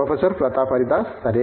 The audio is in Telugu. ప్రొఫెసర్ ప్రతాప్ హరిదాస్ సరే